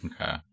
Okay